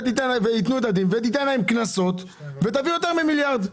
וזה יביא גם יותר ממיליארד.